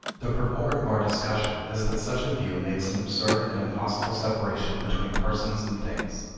the purport of our discussion is that such a view makes an absurd and impossible separation between persons and things.